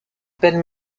pêle